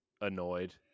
annoyed